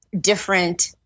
different